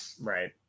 right